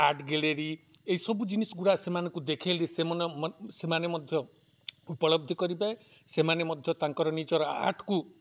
art gallery ଏହିସବୁ ଜିନିଷ ଗୁଡ଼ା ସେମାନଙ୍କୁ ଦେଖାଇଲେ ସେମାନେ ମଧ୍ୟ ଉପଲବ୍ଧ କରିିବେ ସେମାନେ ମଧ୍ୟ ତାଙ୍କର ନିଜର ଆର୍ଟକୁ